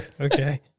Okay